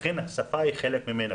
לכן השפה היא חלק מזה.